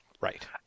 Right